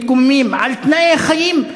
מתקוממים על תנאי חיים,